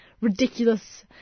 ridiculous